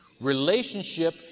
Relationship